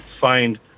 find